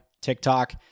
TikTok